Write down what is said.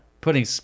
Putting